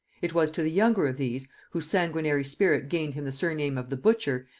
it was to the younger of these, whose sanguinary spirit gained him the surname of the butcher,